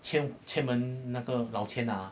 千门那个老千啊